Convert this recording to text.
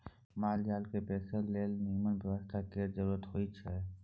माल जाल केँ पोसय लेल निम्मन बेवस्था केर जरुरत होई छै